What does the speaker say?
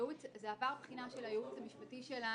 של הייעוץ המשפטי שלנו,